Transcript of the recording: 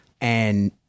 and-